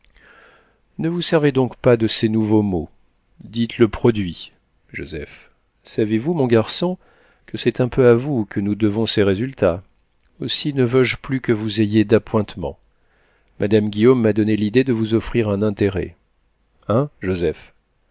ne vous servez donc pas de ces nouveaux mots dites le produit joseph savez-vous mon garçon que c'est un peu à vous que nous devons ces résultats aussi ne veux-je plus que vous ayez d'appointements madame guillaume m'a donné l'idée de vous offrir un intérêt hein joseph